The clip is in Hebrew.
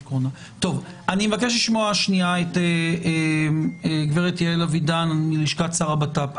אני מבקש לשמוע את הגב' יעל אבידן מלשכת שר הבט"פ.